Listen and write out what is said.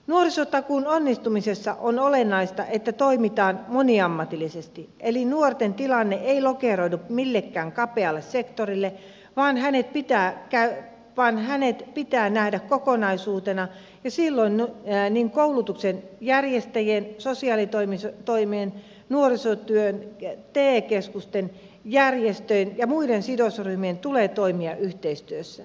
nuorisotakuun onnistumisessa on olennaista että toimitaan moniammatillisesti eli nuoren tilanne ei lokeroidu millekään kapealle sektorille vaan hänet pitää nähdä kokonaisuutena ja silloin niin koulutuksen järjestäjien sosiaalitoimen nuorisotyön te keskusten järjestöjen kuin muiden sidosryhmien tulee toimia yhteistyössä